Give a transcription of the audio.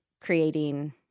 creating